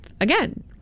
again